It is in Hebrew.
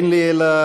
אין לי אלא